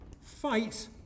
fight